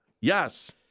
Yes